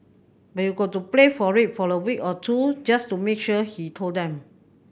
but you've got to play for it for a week or two just to make sure he told them